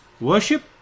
worship